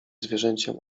zwierzęciem